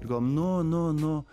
galvojam nu nu nu